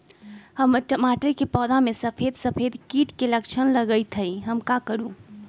हमर टमाटर के पौधा में सफेद सफेद कीट के लक्षण लगई थई हम का करू?